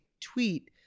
tweet